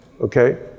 okay